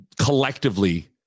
collectively